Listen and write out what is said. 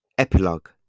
Epilogue